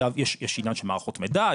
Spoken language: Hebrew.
יש עניין של מערכות מידע,